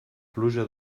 pluja